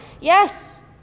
Yes